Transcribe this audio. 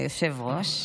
היושב-ראש.